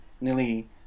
nearly